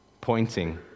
pointing